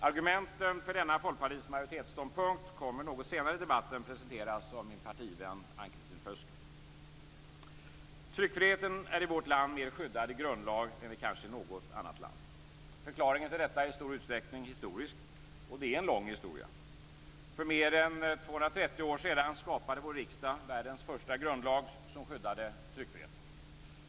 Argumenten för denna Folkpartiets majoritetsståndpunkt kommer något senare i debatten att presenteras av min partivän Ann Tryckfriheten är i vårt land mer skyddad i grundlag än i kanske något annat land. Förklaringen till detta är i stor utsträckning historisk. Och det är en lång historia. För mer än 230 år sedan skapade vår riksdag världens första grundlag som skyddade tryckfriheten.